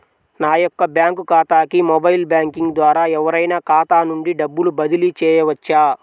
నా యొక్క బ్యాంక్ ఖాతాకి మొబైల్ బ్యాంకింగ్ ద్వారా ఎవరైనా ఖాతా నుండి డబ్బు బదిలీ చేయవచ్చా?